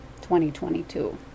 2022